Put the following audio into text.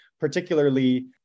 particularly